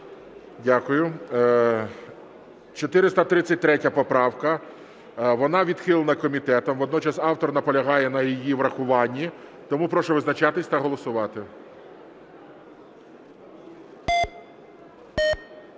Дякую. 433 поправка, вона відхилена комітетом. Водночас автор наполягає на її врахуванні, тому прошу визначатись та голосувати.